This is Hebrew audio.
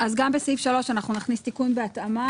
אז גם בסעיף 3 אנחנו נכניס תיקון בהתאמה.